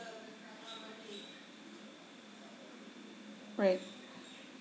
right